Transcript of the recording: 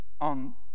on